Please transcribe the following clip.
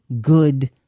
good